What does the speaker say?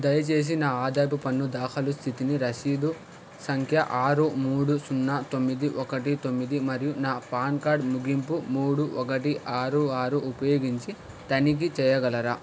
దయచేసి నా ఆదాయపు పన్ను దాఖలు స్థితిని రసీదు సంఖ్య ఆరు మూడు సున్నా తొమ్మిది ఒకటి తొమ్మిది మరియు నా పాన్ కార్డ్ ముగింపు మూడు ఒకటి ఆరు ఆరు ఉపయోగించి తనిఖీ చెయ్యగలరా